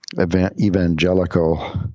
evangelical